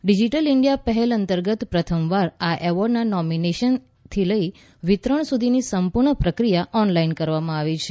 digital India પહેલ અંતર્ગત પ્રથમવાર આ એવોર્ડના નોમિનેશનથી એવોર્ડ વિતરણ સુધીની સંપૂર્ણ પ્રક્રિયા ઓનલાઈન કરવામાં આવી છે